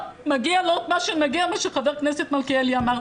מגיע לו מה שחבר הכנסת מלכיאלי אמר.